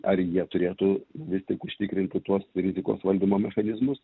ar jie turėtų vis tik užtikrinti tuos rizikos valdymo mechanizmus